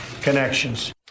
connections